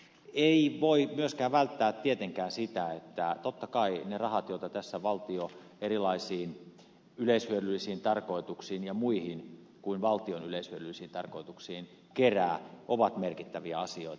ei voi myöskään välttää tietenkään sitä että totta kai ne rahat joita tässä valtio erilaisiin yleishyödyllisiin tarkoituksiin ja muihin kuin valtion yleishyödyllisiin tarkoituksiin kerää ovat merkittäviä asioita